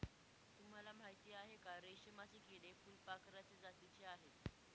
तुम्हाला माहिती आहे का? रेशमाचे किडे फुलपाखराच्या जातीचे आहेत